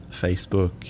Facebook